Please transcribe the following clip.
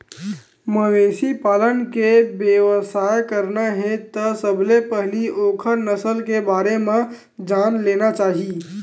मवेशी पालन के बेवसाय करना हे त सबले पहिली ओखर नसल के बारे म जान लेना चाही